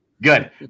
Good